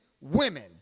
women